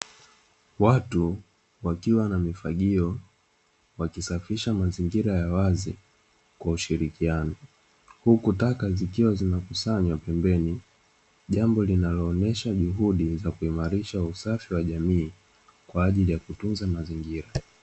Watu wakiwa na mifagio wakisafisha mazingira ya wazi, kwa ushirikiano. Huku taka zikiwa zinakusanywa pembeni, jambo linaloonesha juhudi za kuimarisha usafi wa jamii, kwa ajili ya kutunza mazingira.